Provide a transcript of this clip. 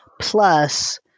plus